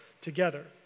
together